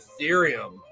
Ethereum